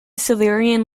silurian